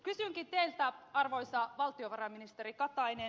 kysynkin teiltä arvoisa valtiovarainministeri katainen